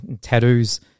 Tattoos